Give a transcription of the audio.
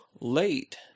late